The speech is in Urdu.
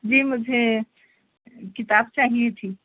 جی مجھے کتاب چاہیے تھی